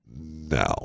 Now